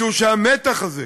משום שהמתח הזה